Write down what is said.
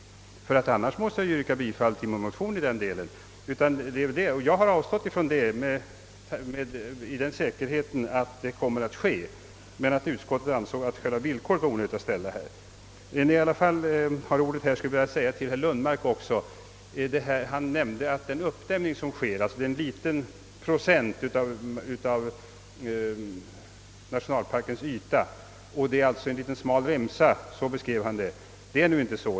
I annat fall måste jag yrka bifall till min motion i den delen. Det avstod jag ifrån, i förvissning om att en sådan undersökning kommer att ske men att utskottet ansett det onödigt att själv ställa detta villkor. Medan jag har ordet skulle jag vilja säga några ord även till herr Lundmark. Han beskrev den uppdämning som skall ske såsom avseende en liten procent av nationalparkens yta, bara en smal strandremsa. Det är nu inte så.